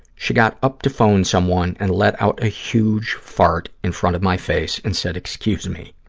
she got up to phone someone and let out a huge fart in front of my face and said excuse me.